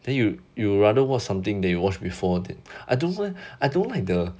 then you you rather watch something they you watch before then I don't I don't like the